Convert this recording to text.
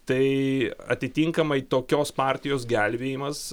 tai atitinkamai tokios partijos gelbėjimas